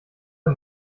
der